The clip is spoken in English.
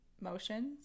motions